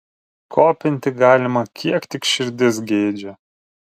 kopinti galima kiek tik širdis geidžia